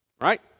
right